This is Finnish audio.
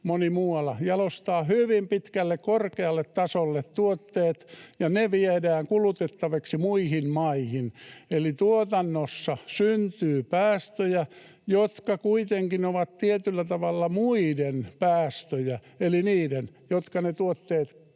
moni muu ala — hyvin pitkälle, korkealle tasolle tuotteet, ja ne viedään kulutettaviksi muihin maihin. Eli tuotannossa syntyy päästöjä, jotka kuitenkin ovat tietyllä tavalla muiden päästöjä eli niiden, jotka ne tuotteet